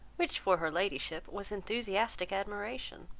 which for her ladyship was enthusiastic admiration.